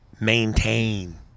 maintain